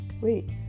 wait